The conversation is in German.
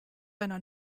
einer